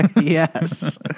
Yes